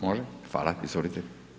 Može, hvala, izvolite.